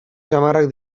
samarrak